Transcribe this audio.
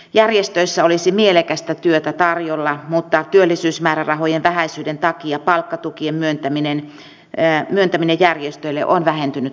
järjestöissä olisi mielekästä työtä tarjolla mutta työllisyysmäärärahojen vähäisyyden takia palkkatukien myöntäminen järjestöille on vähentynyt huomattavasti